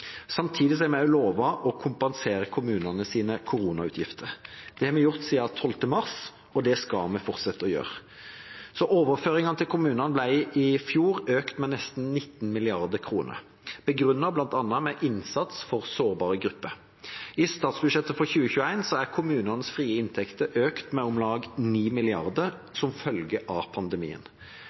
Samtidig har vi også lovet å kompensere kommunenes koronautgifter. Det har vi gjort siden 12. mars, og det skal vi fortsette å gjøre. Overføringene til kommunene ble i fjor økt med nesten 19 mrd. kr, begrunnet bl.a. med innsats for sårbare grupper. I statsbudsjettet for 2021 er kommunenes frie inntekter økt med om lag 9 mrd. kr som følge av pandemien.